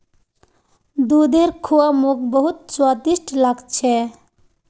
दूधेर खुआ मोक बहुत स्वादिष्ट लाग छ